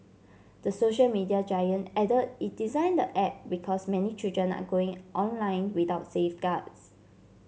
the social media giant added it designed the app because many children are going online without safeguards